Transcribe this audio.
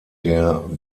der